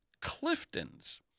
Clifton's